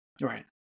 Right